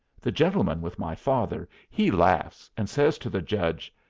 the gentleman with my father he laughs, and says to the judge,